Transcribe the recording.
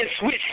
switch